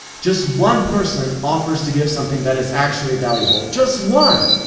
just one persons offers to give something that is actually valuable. just one!